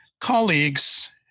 colleagues